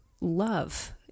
love